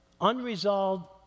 unresolved